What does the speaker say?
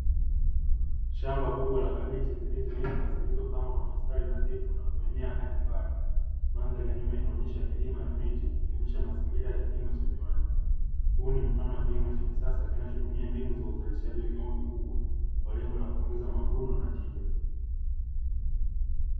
Shamba kubwa la kabichi zilizoiva zilizopangwa kwa mistari nadhifu na kuenea hadi mbali, mandhari ya nyuma inaonyesha milima na miti ikionyesha mazingira ya kilimo cha viwanda, huu ni mfano wa kilimo cha kisasa kinachotumia mbinu za uzalishaji wa kiqango kikubwa kwa lengo la kuongeza mavuno na tija.